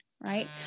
Right